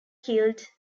keeled